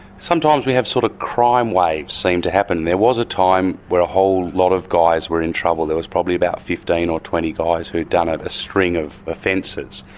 sometimes we have sort of crime waves seem to happen. there was a time where a whole lot of guys were in trouble. there was probably about fifteen or twenty guys who had done a string of offences.